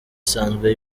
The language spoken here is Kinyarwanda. isanzwe